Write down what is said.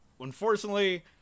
Unfortunately